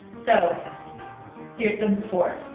so here's the before.